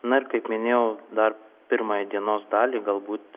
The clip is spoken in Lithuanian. na ir kaip minėjau dar pirmąją dienos dalį galbūt